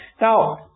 Now